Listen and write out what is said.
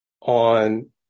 on